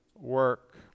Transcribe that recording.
work